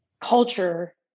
culture